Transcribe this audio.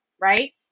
right